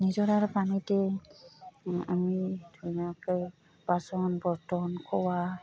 নিজৰাৰ পানীতে আমি ধুনীয়াকৈ বাচন বৰ্তন খোৱা